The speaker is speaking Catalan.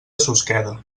susqueda